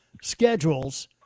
schedules